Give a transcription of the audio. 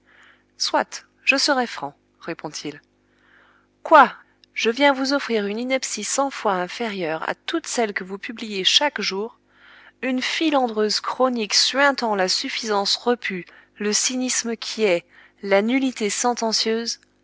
soit je serai franc répond-il quoi je viens vous offrir une ineptie cent fois inférieure à toutes celles que vous publiez chaque jour une filandreuse chronique suintant la suffisance repue le cynisme quiet la nullité